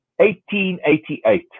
1888